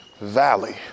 valley